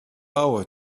hour